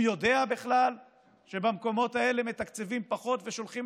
הוא יודע בכלל שבמקומות האלה מתקצבים פחות ושולחים